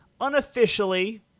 unofficially